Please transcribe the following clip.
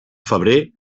febrer